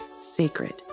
sacred